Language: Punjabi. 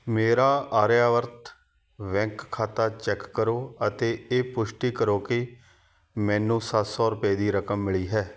ਮੇਰਾ ਆਰਿਆਵਰਤ ਬੈਂਕ ਖਾਤਾ ਚੈੱਕ ਕਰੋ ਅਤੇ ਇਹ ਪੁਸ਼ਟੀ ਕਰੋ ਕਿ ਮੈਨੂੰ ਸੱਤ ਸੌ ਰੁਪਏ ਦੀ ਰਕਮ ਮਿਲੀ ਹੈ